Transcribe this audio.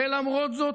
ולמרות זאת,